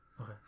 Okay